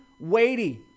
weighty